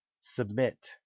Submit